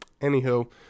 anywho